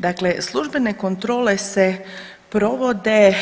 Dakle, službene kontrole se provode